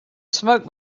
smoke